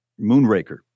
Moonraker